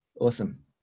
awesome